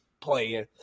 playing